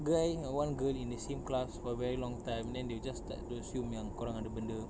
guy and one girl in the same class for very long time then they will just start to assume yang kau orang ada benda